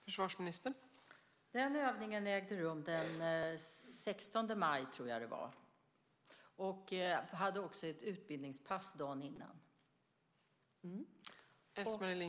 Fru talman! Den övningen ägde rum den 16 maj, tror jag det var, och man hade också ett utbildningspass dagen innan.